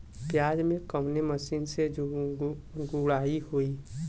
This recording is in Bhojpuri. प्याज में कवने मशीन से गुड़ाई होई?